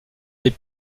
des